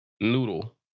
Noodle